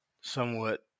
somewhat